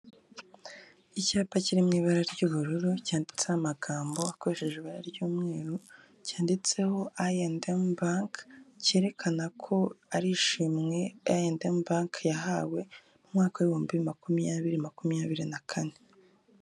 Icyapa kiri mu ibara ry'ubururu cyanditseho amagambo akoresheje ibara ry'umweru cyanditseho iyedemu banki cyerekana ko ari ishimwe iyedemu banki yahawe umwaka w'ibihumbi makumyabiri makumyabiri na kane.